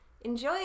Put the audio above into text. enjoy